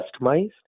customized